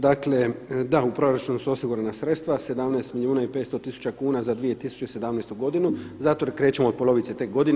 Dakle, da u proračunu su osigurana sredstva 17 milijuna i 500 tisuća kuna za 2017. godinu zato jer krećemo tek od polovice te godine.